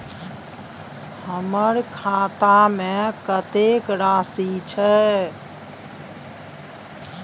हमर खाता में कतेक राशि छै?